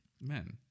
Men